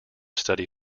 study